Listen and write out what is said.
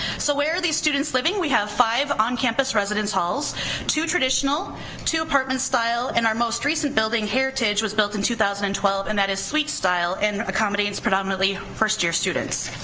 so where are these students living? we have five on campus residence halls two traditional two apartment style and our most recent building, heritage, was built in two thousand and twelve and that is suite style and accommodates predominately first year students.